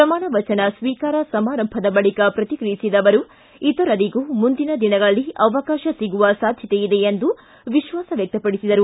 ಪ್ರಮಾಣ ವಚನ ಶ್ವೀಕಾರ ಸಮಾರಂಭದ ಬಳಿಕ ಪ್ರತಿಕ್ರಿಯಿಸಿದ ಅವರು ಇತರರಿಗೂ ಮುಂದಿನ ದಿನಗಳಲ್ಲಿ ಅವಕಾಶ ಸಿಗುವ ಸಾಧ್ಯತೆ ಇದೆ ಎಂದು ವಿಶ್ವಾಸ ವ್ಯಕ್ತಪಡಿಸಿದರು